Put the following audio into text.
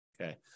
Okay